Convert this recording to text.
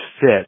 fit